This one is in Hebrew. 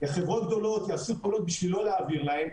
חברות גדולות יעשו פעולות בשביל לא להעביר להם,